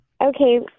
Okay